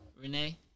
Renee